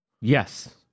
Yes